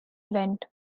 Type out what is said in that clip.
event